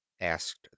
asked